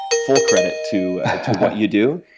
full credit to what you do,